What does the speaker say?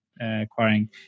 acquiring